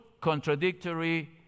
contradictory